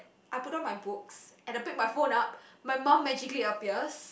I put down my books and I pick my phone up my mum magically appears